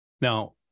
Now